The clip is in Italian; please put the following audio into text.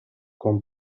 con